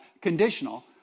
conditional